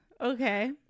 Okay